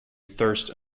thirst